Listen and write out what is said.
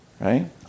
right